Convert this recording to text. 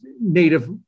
native